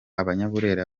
abanyaburera